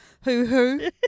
hoo-hoo